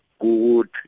Good